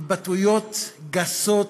התבטאויות גסות,